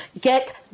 Get